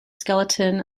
skeleton